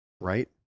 right